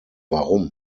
warum